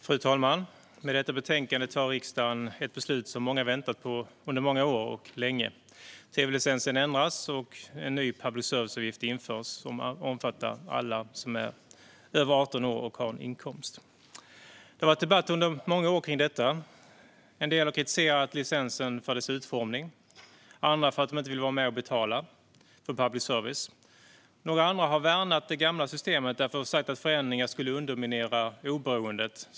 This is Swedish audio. Fru talman! I och med detta betänkande fattar riksdagen ett beslut som många har väntat på länge - under många år. Tv-licensen ändras, och en ny public service-avgift införs som omfattar alla som är över 18 år och har en inkomst. Det har förts en debatt under många år kring detta. En del har kritiserat licensen för dess utformning, och andra har gjort det för att de inte vill vara med och betala för public service. Andra har värnat det gamla systemet och sagt att förändringar skulle underminera oberoendet.